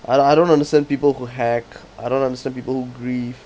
I don't I don't understand people who hack I don't understand people who grief